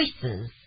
choices